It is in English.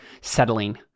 settling